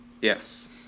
yes